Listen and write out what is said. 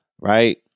Right